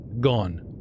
gone